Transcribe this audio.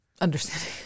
understanding